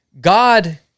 God